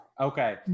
Okay